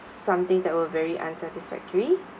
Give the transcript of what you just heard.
something that were very unsatisfactory